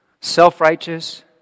self-righteous